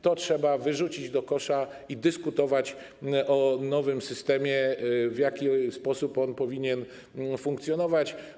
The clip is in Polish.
To trzeba wyrzucić do kosza i dyskutować o nowym systemie, w jaki sposób on powinien funkcjonować.